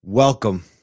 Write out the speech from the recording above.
Welcome